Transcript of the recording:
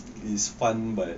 is fun but